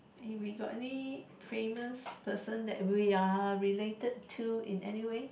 we got any famous person that we are related to in anywhere